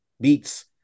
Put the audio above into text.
beats